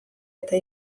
eta